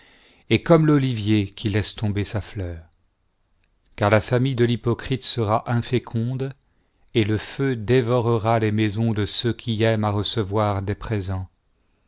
et comme l'olivier qui laisse tomber sa fleur car la famille de l'hypocrite sera inféconde et le l'eu dévorera les maisons de ceux qui aiment h recevoir des présents